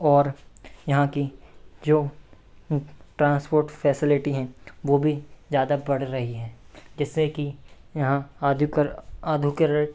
और यहाँ की जो ट्रांसपोर्ट फ़ैसिलिटी हैं वो भी ज़्यादा बढ़ रही हैं जिससे कि यहाँ आधुकर आधुकरण